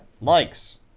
likes